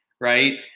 right